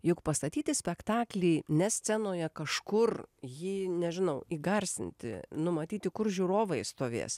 juk pastatyti spektaklį ne scenoje kažkur jį nežinau įgarsinti numatyti kur žiūrovai stovės